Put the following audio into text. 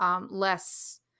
less